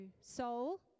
soul